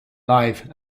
live